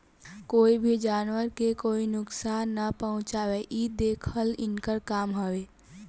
कोई भी जानवर के कोई नुकसान ना पहुँचावे इ देखल इनकर काम हवे